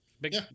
big